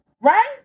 right